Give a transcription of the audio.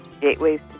Gateways